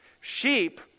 Sheep